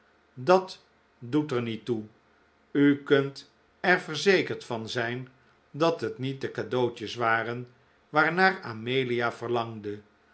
dat doet er niet toe u kunt er verzekerd van zijn dat het niet de cadeautjes waren waarnaar amelia verlangde